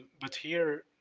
but here,